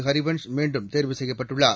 ஹரிவன்ஷ் மீண்டும் தேர்வு செய்யப்பட்டுள்ளார்